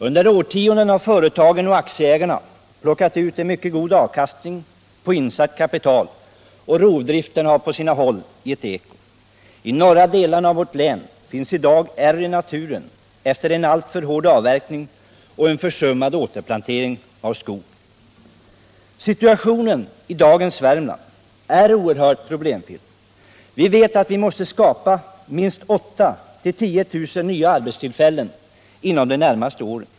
Under årtionden har företagen och aktieägarna plockat ut en mycket god avkastning på insatt kapital, och rovdriften har på sina håll gett eko. I de norra delarna av vårt län finns i dag ärr i naturen efter en alltför hård avverkning och en försummad återplantering av skog. Situationen i dagens Värmland är oerhört problemfylld. Vi vet att vi måste skapa minst 8 000-10 000 nya arbetstillfällen inom de närmaste åren.